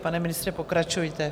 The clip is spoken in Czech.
Pane ministře, pokračujte.